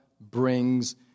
brings